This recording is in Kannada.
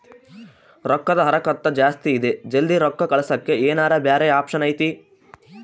ರೊಕ್ಕದ ಹರಕತ್ತ ಜಾಸ್ತಿ ಇದೆ ಜಲ್ದಿ ರೊಕ್ಕ ಕಳಸಕ್ಕೆ ಏನಾರ ಬ್ಯಾರೆ ಆಪ್ಷನ್ ಐತಿ?